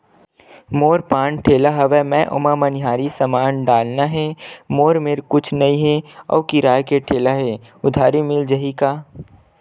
मोर पान ठेला हवय मैं ओमा मनिहारी समान डालना हे मोर मेर कुछ नई हे आऊ किराए के ठेला हे उधारी मिल जहीं का?